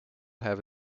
have